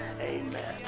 Amen